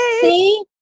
See